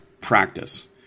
practice